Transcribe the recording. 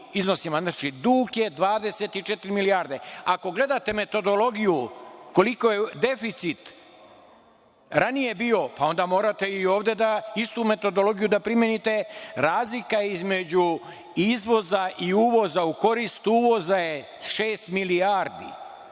Znači, dug je 24 milijarde. Ako gledate metodologiju koliki je deficit ranije bio, onda morate i ovde da istu metodologiju primenite. Razlika između izvoza i uvoza u korist uvoza je šest milijardi.